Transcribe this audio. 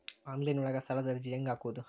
Online ಒಳಗ ಸಾಲದ ಅರ್ಜಿ ಹೆಂಗ್ ಹಾಕುವುದು?